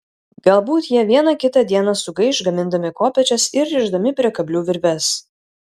galbūt jie vieną kitą dieną sugaiš gamindami kopėčias ir rišdami prie kablių virves